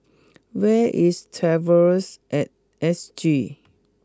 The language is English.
where is Traveller at S G